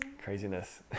Craziness